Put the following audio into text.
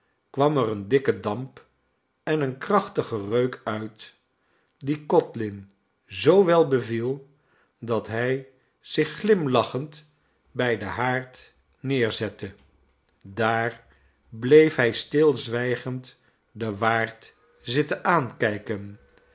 kwam er een dikke damp en een krachtige reuk uit die codlin zoo wel beviel dat hij zich glimlachend bij den haard neerzette daar bleef hij stilzwijgend den waard zitten aankijken